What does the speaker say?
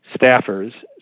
staffers